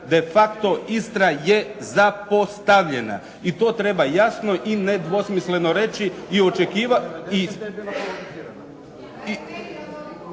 de facto Istra je zapostavljena i to treba jasno i nedvosmisleno reći i … …/Upadica